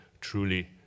truly